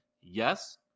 Yes